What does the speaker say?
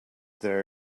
there